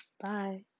bye